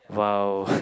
!wow!